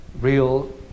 real